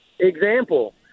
Example